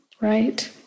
right